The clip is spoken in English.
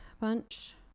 bunch